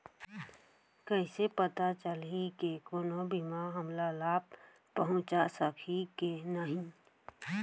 कइसे पता चलही के कोनो बीमा हमला लाभ पहूँचा सकही के नही